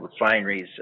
refineries